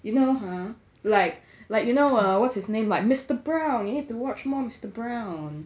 you know !huh! like like you know uh what's his name like mister brown you need to watch more mister brown